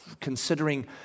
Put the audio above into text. Considering